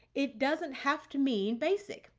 it doesn't have to mean basic.